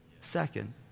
Second